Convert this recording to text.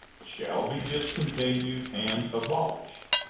shall be discontinued and abolished.